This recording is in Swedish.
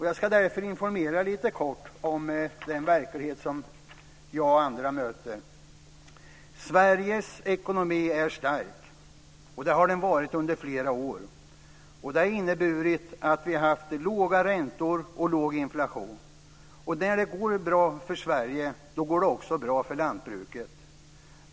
Jag ska därför informera lite kort om den verklighet som jag och andra möter. Sveriges ekonomi är stark, och det har den varit under flera år. Det har inneburit att vi har haft låga räntor och låg inflation. När det går bra för Sverige, då går det också bra för lantbruket.